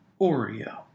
Oreo